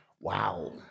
Wow